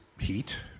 heat